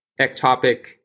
ectopic